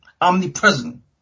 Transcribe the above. Omnipresent